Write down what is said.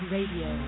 Radio